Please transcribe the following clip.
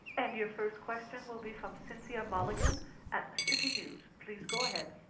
and your first question will be from cynthia mulligan at city news. please go ahead.